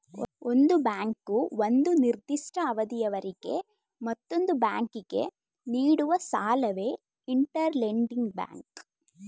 ಒಂದು ಬ್ಯಾಂಕು ಒಂದು ನಿರ್ದಿಷ್ಟ ಅವಧಿಯವರೆಗೆ ಮತ್ತೊಂದು ಬ್ಯಾಂಕಿಗೆ ನೀಡುವ ಸಾಲವೇ ಇಂಟರ್ ಲೆಂಡಿಂಗ್ ಬ್ಯಾಂಕ್